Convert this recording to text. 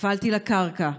נפלתי לקרקע.